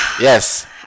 Yes